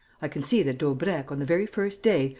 i can see that daubrecq, on the very first day,